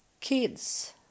kids